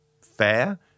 fair